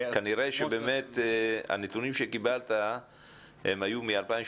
כנראה שבאמת הנתונים שקיבלת הם היו מ-2018